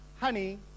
Honey